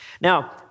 Now